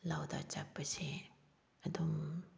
ꯂꯧꯗ ꯆꯠꯄꯁꯦ ꯑꯗꯨꯝ